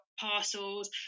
parcels